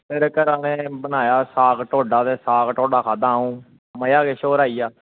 ओह् घरा आह्लें बनाया साग टोड्डा ते साग ढोड्डा खाद्धा अंऊ मज़ा किश होर आई गेआ